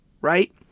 right